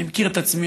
אני מכיר את עצמי,